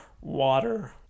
water